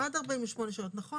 עד 48 שעות, נכון.